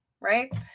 right